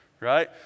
Right